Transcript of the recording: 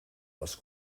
les